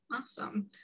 awesome